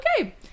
okay